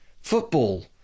football